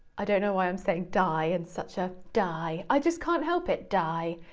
i don't know why i'm saying die in such a, die, i just can't help it, die.